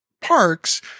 parks